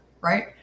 Right